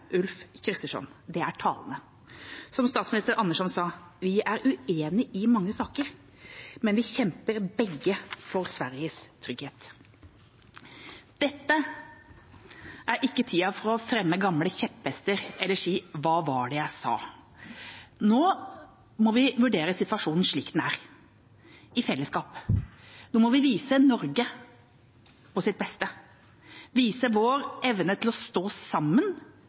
Ulf Kristersson. Det er talende. Som statsminister Andersson sa: Vi er uenige i mange saker, men vi kjemper begge for Sveriges trygghet. Dette er ikke tida for å fremme gamle kjepphester eller si «hva var det jeg sa». Nå må vi vurdere situasjonen slik den er, i fellesskap. Nå må vi vise Norge på sitt beste, vise vår evne til å stå sammen